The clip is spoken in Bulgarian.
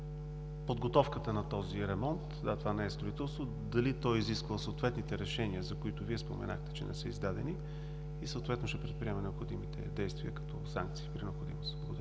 подготовката на този ремонт, а това не е строителство – дали той е изисквал съответните решения, за които Вие споменахте, че не са издадени, и съответно ще предприема необходимите действия, като санкции, при необходимост.